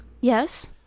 Yes